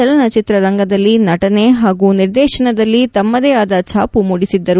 ಚಲನ ಚಿತ್ರರಂಗದಲ್ಲಿ ನಟನೆ ಹಾಗೂ ನಿರ್ದೇಶನದಲ್ಲಿ ತಮ್ಮದೇ ಆದ ಛಾಪು ಮೂಡಿಸಿದ್ದರು